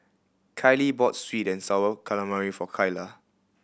Kylie bought sweet and Sour Calamari for Kylah